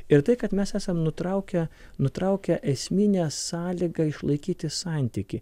ir tai kad mes esam nutraukę nutraukę esminę sąlygą išlaikyti santykį